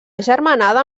agermanada